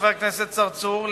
חבר הכנסת צרצור,